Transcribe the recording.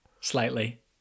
Slightly